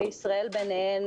וישראל ביניהן,